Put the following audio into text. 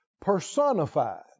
personified